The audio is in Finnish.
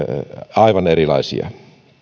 aivan erilaisia